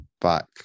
back